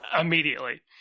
immediately